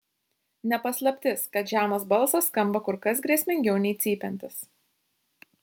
ne paslaptis kad žemas balsas skamba kur kas grėsmingiau nei cypiantis